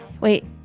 Wait